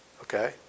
Okay